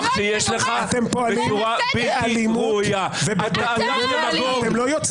האחרון עברנו פארסה שבסופה אתה התקפלת כי ידעת שההליך לא נכון.